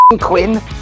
Quinn